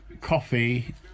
coffee